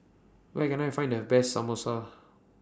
Where Can I Find The Best Samosa